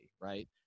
right